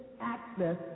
access